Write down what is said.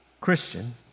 Christian